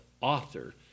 author